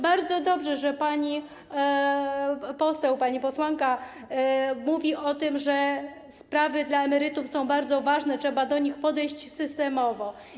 Bardzo dobrze, że pani poseł, pani posłanka mówi o tym, że sprawy emerytów są bardzo ważne, trzeba do nich podejść systemowo.